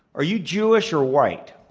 are you jewish or white?